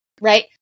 right